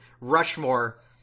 Rushmore